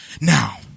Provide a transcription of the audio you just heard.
Now